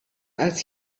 als